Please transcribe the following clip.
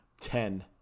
ten